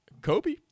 Kobe